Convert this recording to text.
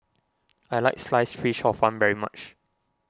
I like Sliced Fish Hor Fun very much